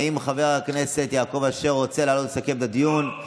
האם חבר הכנסת יעקב אשר רוצה לעשות ולסכם את הדיון?